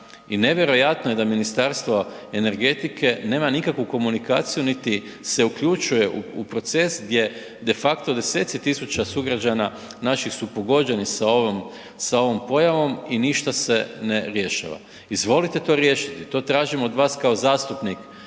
I nevjerojatno je da Ministarstvo energetike nema nikakvu komunikaciju, niti se uključuje u proces gdje defakto deseci tisuća sugrađana naših su pogođeni sa ovom, sa ovom pojavom i ništa se ne rješava. Izvolite to riješiti. To tražim od vas kao zastupnik